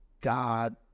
God